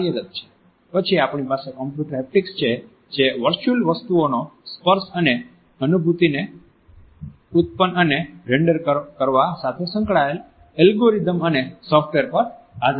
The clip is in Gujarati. પછી આપણી પાસે કમ્પ્યુટર હેપ્ટિક્સ છે જે વર્ચુઅલ વસ્તુઓનો સ્પર્શ અને અનુભૂતિને ઉત્પન્ન અને રેન્ડર કરવા સાથે સંકળાયેલ એલ્ગોરિધમ્સ અને સોફ્ટવેર પર આધારિત છે